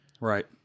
Right